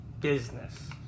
business